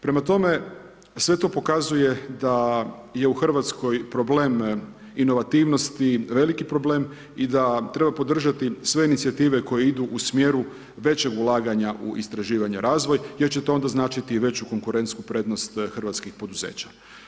Prema tome, sve to pokazuje da je u Hrvatskoj problem inovativnosti veliki problem i da treba podržati sve inicijative koje idu u smjeru većeg ulaganja u istraživanje i razvoj jer će to onda značiti i veću konkurentnu prednost hrvatskih poduzeća.